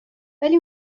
ولی